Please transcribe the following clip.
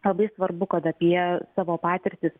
labai svarbu kad apie savo patirtis